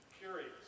curious